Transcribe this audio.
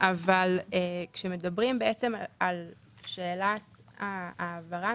אבל כשמדברים על שאלת ההעברה,